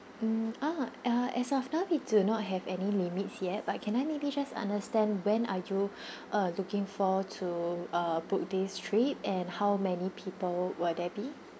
mm ah ah as of now we do not have any limits yet but can I maybe just understand when are you uh looking for to uh book this trip and how many people will there be